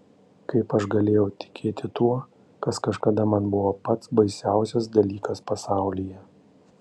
kaip aš galėjau tikėti tuo kas kažkada man buvo pats baisiausias dalykas pasaulyje